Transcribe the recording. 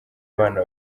abana